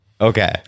Okay